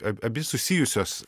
ab abi susijusios